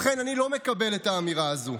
ובכן, אני לא מקבל את האמירה הזו.